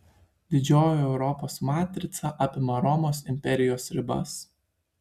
didžioji europos matrica apima romos imperijos ribas